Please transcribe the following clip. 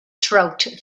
throat